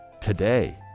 today